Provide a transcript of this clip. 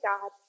God